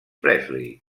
presley